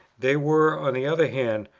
they were on the other hand,